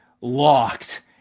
locked